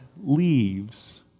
leaves